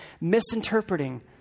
misinterpreting